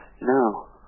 No